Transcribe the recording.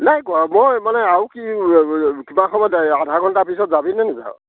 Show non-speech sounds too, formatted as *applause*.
নাই কৰা মই মানে আৰু কি *unintelligible* কিবা সময়ত এই আধা ঘণ্টাৰ পিছত যাবি নে নাযাওঁ